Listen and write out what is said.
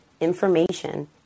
information